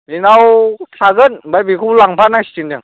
बेनाव थागोन आमफ्राय बेखौ लांफानांसिगोन जों